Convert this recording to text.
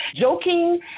joking